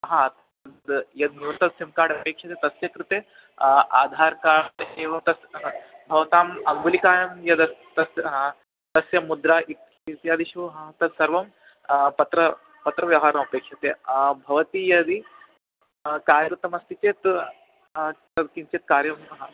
हा तद् यद् नूतनं सिं कार्ड् अपेक्ष्यते तस्य कृते आधार् कार्ड् एवं तत् हा भवताम् अङ्गुलिकायां यदस्ति तस्य तस्य मुद्रा इति इत्यादिषु हा तत्सर्वं पत्रं पत्रव्यवहारमपेक्ष्यते भवती यदि कार्यरता अस्ति चेत् तद् किञ्चित् कार्यं हा